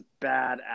badass